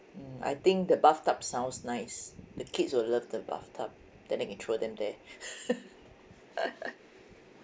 mm I think the bathtub sounds nice the kids would love the bathtub then I can throw them there